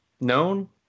known